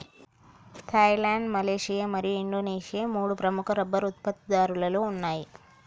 Thailand, Malaysia మరియు Indonesia మూడు ప్రముఖ రబ్బరు ఉత్పత్తిదారులలో ఉన్నాయి